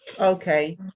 Okay